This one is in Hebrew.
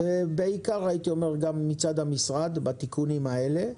הייתי אומר בעיקר מצד המשרד, בתיקונים האלה.